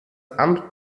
amt